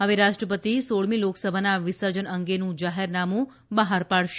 હવે રાષ્ટ્રપતિ સોળમી લોકસભાના વિસર્જન અંગેનું જાહેરનામું બહાર પાડશે